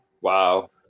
Wow